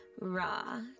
raw